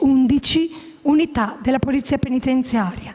undici unità della polizia penitenziaria.